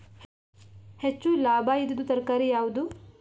ಹೆಚ್ಚು ಲಾಭಾಯಿದುದು ತರಕಾರಿ ಯಾವಾದು?